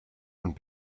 und